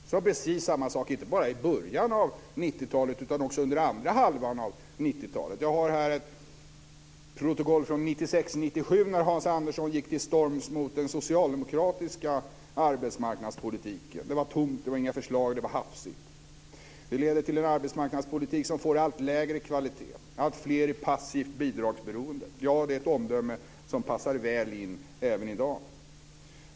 Han sade precis samma sak inte bara i början av 90-talet utan också under andra halvan av 90-talet. Jag har i min hand ett protokoll från 1996/97 där Hans Andersson går till storms mot den socialdemokratiska arbetsmarknadspolitiken. Den var "tom", den innehöll "inga förslag" och den var "hafsig". "Det leder till en arbetsmarknadspolitik som får allt lägre kvalitet: fler i passivt bidragsberoende." Det är ett omdöme som passar väl in även i dag.